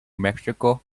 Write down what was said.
mexico